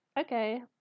okay